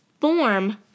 form